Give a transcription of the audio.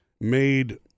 made